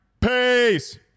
Peace